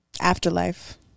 Afterlife